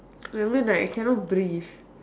I mean like I cannot breathe